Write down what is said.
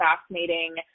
fascinating